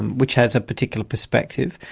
and which has a particular perspective,